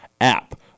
app